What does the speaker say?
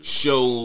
show